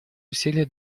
усилия